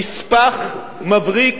נספח מבריק,